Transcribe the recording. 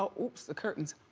um oops the curtains.